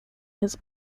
his